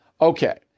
Okay